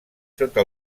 sota